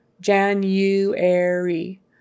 January